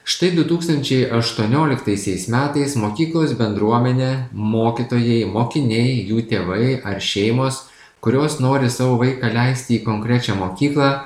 štai du tūkstančiai aštuonioliktaisiais metais mokyklos bendruomenė mokytojai mokiniai jų tėvai ar šeimos kurios nori savo vaiką leisti į konkrečią mokyklą